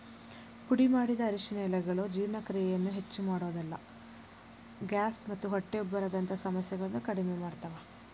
ಪುಡಿಮಾಡಿದ ಅರಿಶಿನ ಎಲೆಗಳು ಜೇರ್ಣಕ್ರಿಯೆಯನ್ನ ಹೆಚ್ಚಮಾಡೋದಲ್ದ, ಗ್ಯಾಸ್ ಮತ್ತ ಹೊಟ್ಟೆ ಉಬ್ಬರದಂತ ಸಮಸ್ಯೆಗಳನ್ನ ಕಡಿಮಿ ಮಾಡ್ತಾವ